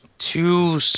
Two